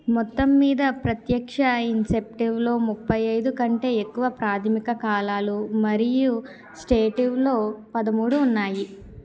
మొత్తం మీద ప్రత్యక్ష ఇన్సెప్టివ్లో ముప్పై ఐదు కంటే ఎక్కువ ప్రాథమిక కాలాలు మరియు స్టేటివ్లో పదమూడు ఉన్నాయి